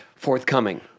Forthcoming